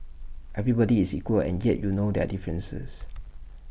everybody is equal and yet you know their differences